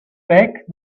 back